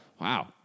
Wow